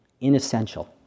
inessential